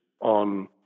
on